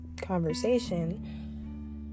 conversation